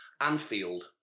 Anfield